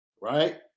right